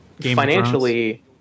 financially